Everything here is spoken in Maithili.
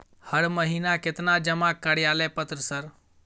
हर महीना केतना जमा कार्यालय पत्र सर?